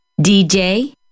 DJ